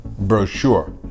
brochure